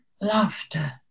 laughter